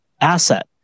asset